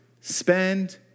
spend